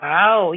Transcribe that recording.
Wow